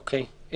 אוקיי.